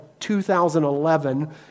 2011